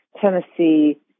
Tennessee